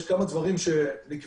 יש כמה דברים שנקבעו,